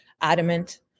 adamant